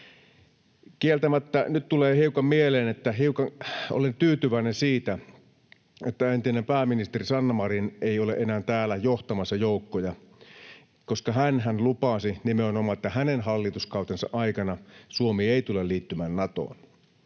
Kieltämättä nyt tulee hiukan mieleen, että hiukan olen tyytyväinen siitä, että entinen pääministeri Sanna Marin ei ole enää täällä johtamassa joukkoja, koska hänhän lupasi nimenomaan, että hänen hallituskautensa aikana Suomi ei tule liittymään Natoon.